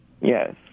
Yes